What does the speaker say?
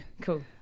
cool